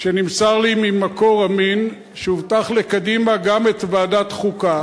שנמסר לי ממקור אמין שהובטחה לקדימה גם ועדת חוקה.